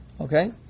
Okay